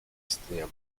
istnienia